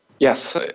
Yes